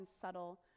subtle